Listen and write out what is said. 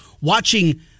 watching